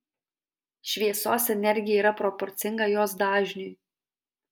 šviesos energija yra proporcinga jos dažniui